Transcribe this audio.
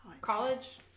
college